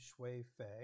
shui-fei